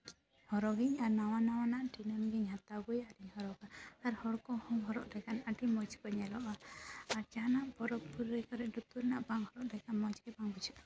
ᱟᱨ ᱱᱟᱣᱟ ᱱᱟᱣᱟᱱᱟᱜ ᱫᱤᱱᱟᱹᱢ ᱜᱮᱧ ᱦᱟᱛᱟᱣ ᱟᱹᱜᱩᱭᱟ ᱟᱨ ᱦᱚᱲ ᱠᱚᱦᱚᱸ ᱠᱚ ᱦᱚᱨᱚᱜ ᱞᱮᱠᱷᱟᱱ ᱟᱹᱰᱤ ᱢᱚᱡᱽ ᱠᱚ ᱧᱞᱚᱜᱼᱟ ᱟᱨ ᱡᱟᱦᱟᱱᱟᱜ ᱯᱚᱨᱚᱵᱽ ᱯᱩᱱᱟᱹᱭ ᱠᱚᱨᱮ ᱞᱩᱛᱩᱨ ᱨᱮᱱᱟᱜ ᱵᱟᱝ ᱦᱚᱨᱚᱜ ᱞᱮᱠᱷᱟᱱ ᱢᱚᱡᱽ ᱜᱮ ᱵᱟᱝ ᱵᱩᱡᱷᱟᱹᱜᱼᱟ